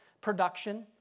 production